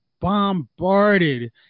bombarded